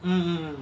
mm mm